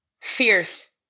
Fierce